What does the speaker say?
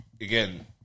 again